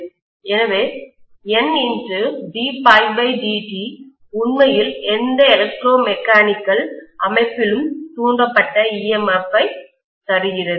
எனவே Ndφdt உண்மையில் எந்த எலக்ட்ரோ மெக்கானிக்கல் மின் இயந்திர அமைப்பிலும் தூண்டப்பட்ட EMF ஐ தருகிறது